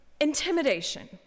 Intimidation